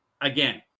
again